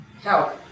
Help